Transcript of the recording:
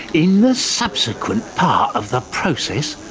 in the subsequent part of the process,